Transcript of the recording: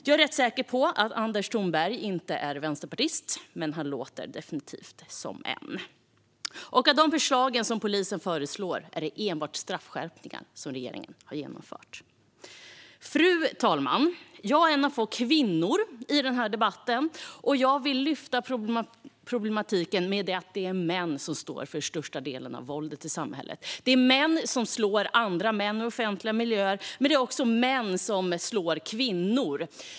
Jag är rätt säker på att Anders Thornberg inte är vänsterpartist, men han låter definitivt som en. Av de förslag som polisen har är det enbart det om straffskärpning som regeringen har genomfört. Fru talman! Jag är en av få kvinnor i debatten, och jag vill lyfta problematiken med att det är män som står för den största delen av våldet i samhället. Det är män som slår andra män i offentliga miljöer, men det är också män som slår kvinnor.